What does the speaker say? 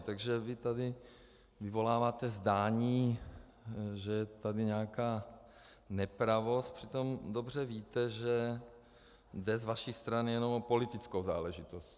Takže vy tady vyvoláváte zdání, že je tady nějaká nepravost, přitom dobře víte, že jde z vaší strany jenom o politickou záležitost.